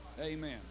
Amen